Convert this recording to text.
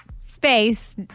space